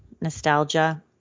nostalgia